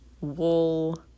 wool